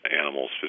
animals